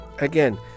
Again